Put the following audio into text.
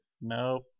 nope